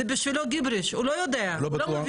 זה בשבילו ג'יבריש, הוא לא מבין.